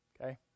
okay